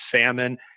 salmon